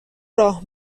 راه